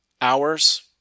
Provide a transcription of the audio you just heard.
hours